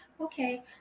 okay